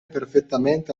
perfettamente